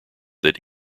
that